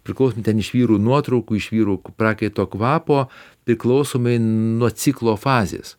priklausomai ten iš vyrų nuotraukų iš vyrų prakaito kvapo priklausomai nuo ciklo fazės